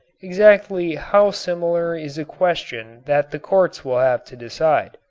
exactly how similar is a question that the courts will have to decide.